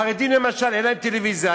החרדים, למשל, אין להם טלוויזיה.